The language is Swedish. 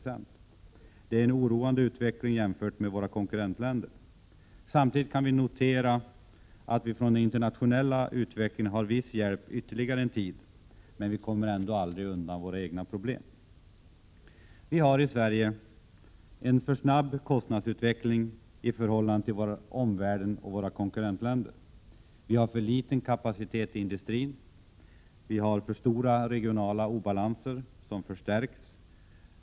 Det är en oroande utveckling jämfört med våra konkurrentländer. Samtidigt kan vi notera att vi har viss hjälp från den internationella utvecklingen ytterligare en tid, men vi kommer ändå aldrig undan våra egna problem. Vi har i Sverige en alltför snabb kostnadsutveckling i förhållande till omvärlden och våra konkurrentländer. Vi har för liten kapacitet i industrin. Vi har för stora regionala obalanser, som också förstärks.